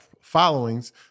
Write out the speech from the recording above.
followings